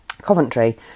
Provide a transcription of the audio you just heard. coventry